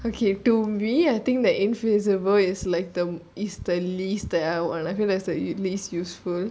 okay to me I think that invisible is like the is the least that I want I feel like it's the least useful